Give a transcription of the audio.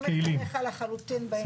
מה שאתה תחליט, אדוני היושב-ראש.